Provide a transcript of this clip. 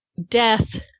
death